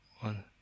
one